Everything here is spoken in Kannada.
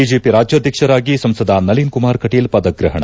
ಬಿಜೆಪಿ ರಾಜ್ಯಾಧ್ಯಕ್ಷರಾಗಿ ಸಂಸದ ನಳಿನ್ಕುಮಾರ್ ಕಟೀಲ್ ಪದಗ್ರಹಣ